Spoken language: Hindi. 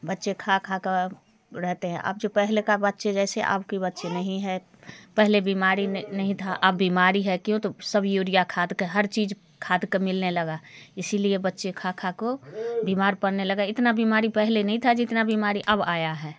बच्चे खा खा कर रहते है अब जो पहले का बच्चे जैसे अब के बच्चे नहीं है पहले बीमारी नहीं था अब बीमारी है क्यों तो अब सब यूरिया खाद का हर चीज खाद का मिलने लगा इसीलिए बच्चे खा खा के बीमार पड़ने लगे इतना बीमारी पहले नहीं था जितना बीमारी अब आया है